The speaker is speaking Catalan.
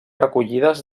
recollides